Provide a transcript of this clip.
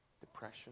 Depression